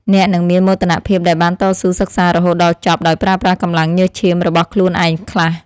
អ្នកនឹងមានមោទនភាពដែលបានតស៊ូសិក្សារហូតដល់ចប់ដោយប្រើប្រាស់កម្លាំងញើសឈាមរបស់ខ្លួនឯងខ្លះ។